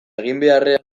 eginbeharraren